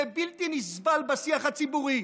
זה בלתי נסבל בשיח הציבורי.